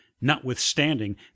notwithstanding